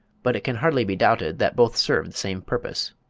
but it can hardly be doubted that both serve the same purpose.